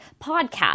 podcast